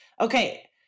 Okay